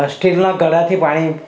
સ્ટીલના ઘડાથી પાણી